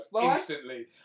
instantly